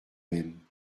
même